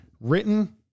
written